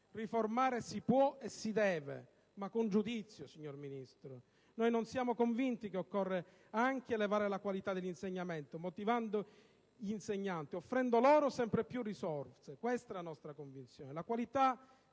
Riformare si può e si deve, ma con giudizio, signora Ministro. Siamo convinti che occorra anche elevare la qualità dell'insegnamento, motivando gli insegnanti, offrendo loro sempre più risorse; questa è la nostra convinzione.